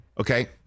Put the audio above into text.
Okay